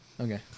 Okay